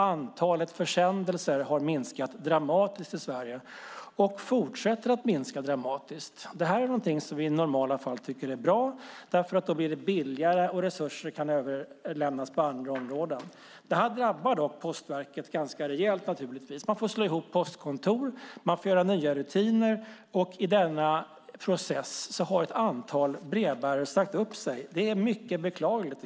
Antalet försändelser har minskat dramatiskt i Sverige och fortsätter att minska dramatiskt. Det här är någonting som vi i normala fall tycker är bra därför att det då blir billigare, och resurser kan överföras till andra områden. Det drabbar dock postverket ganska rejält naturligtvis. Man får slå ihop postkontor. Man får skapa nya rutiner. Och i denna process har ett antal brevbärare sagt upp sig. Det är mycket beklagligt.